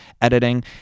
editing